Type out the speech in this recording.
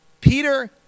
Peter